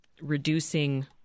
reducing